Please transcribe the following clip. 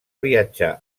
viatjar